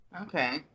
Okay